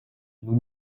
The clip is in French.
nous